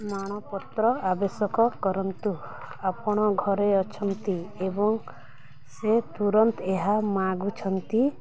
ମାଣପତ୍ର ଆବଶ୍ୟକ କରନ୍ତୁ ଆପଣ ଘରେ ଅଛନ୍ତି ଏବଂ ସେ ତୁରନ୍ତ ଏହା ମାଗୁଛନ୍ତି